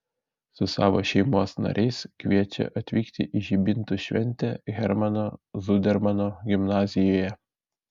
su savo šeimos nariais kviečia atvykti į žibintų šventę hermano zudermano gimnazijoje